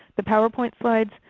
the powerpoint slides,